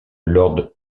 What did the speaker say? lord